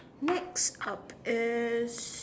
next up is